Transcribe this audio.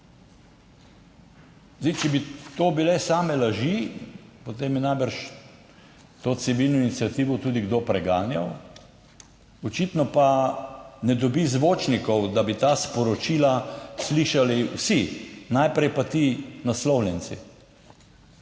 Zdaj, če bi to bile same laži, potem bi najbrž to civilno iniciativo tudi kdo preganjal. Očitno pa ne dobi zvočnikov, da bi ta sporočila slišali vsi, najprej pa ti naslovljenci.